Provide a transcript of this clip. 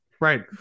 Right